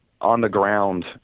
on-the-ground